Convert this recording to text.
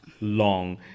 long